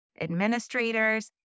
administrators